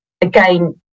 Again